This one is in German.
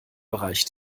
bereich